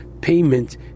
payment